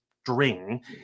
string